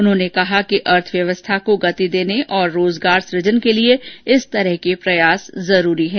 उन्होंने कहा कि अर्थव्यवस्था को गति देने और रोजगार सुजन के लिए इस तरह के प्रयास जरूरी हैं